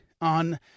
on